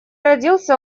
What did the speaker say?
родился